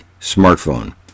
smartphone